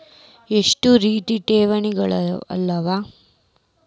ಎಷ್ಟ ರೇತಿ ಠೇವಣಿಗಳ ಅವ?